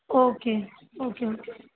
okay okay okay